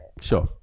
sure